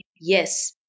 Yes